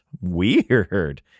Weird